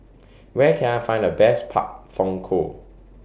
Where Can I Find The Best Pak Thong Ko